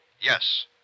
Yes